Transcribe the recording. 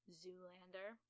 Zoolander